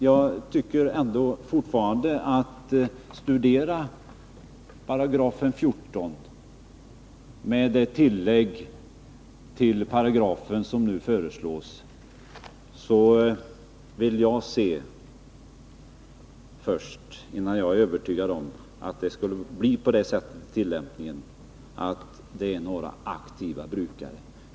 Jag vill än en gång säga: Studera § 14 med det tillägg som föreslås. Innan jag blir övertygad vill jag först se exempel på att tillämpningen av lagen skulle bli sådan att tvånget berör också aktiva brukare.